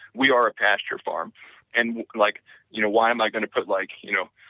we are a pasture farm and like you know why am i going to put like you know